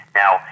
now